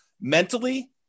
mentally